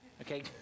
okay